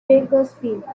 bakersfield